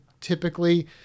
typically